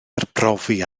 arbrofi